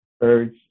birds